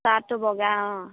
ছাৰ্টটো বগা অঁ